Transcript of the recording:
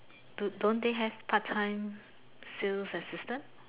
do don't they have part time sales assistant